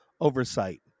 oversight